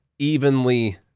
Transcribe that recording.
evenly